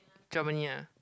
Germany ah